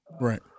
Right